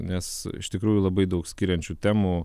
nes iš tikrųjų labai daug skiriančių temų